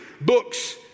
books